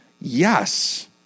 yes